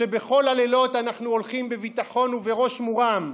שבכל הלילות אנחנו הולכים בביטחון ובראש מורם,